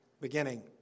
beginning